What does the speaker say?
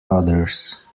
others